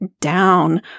down